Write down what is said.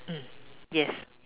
mm yes